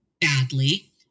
badly